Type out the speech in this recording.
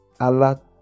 Allah